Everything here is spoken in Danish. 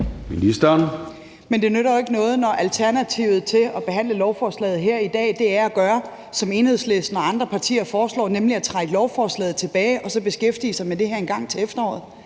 Men det nytter jo ikke noget, når alternativet til at behandle lovforslaget her i dag er at gøre, som Enhedslisten og andre partier foreslår, nemlig at trække lovforslaget tilbage og så beskæftige sig med det her engang til efteråret.